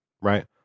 right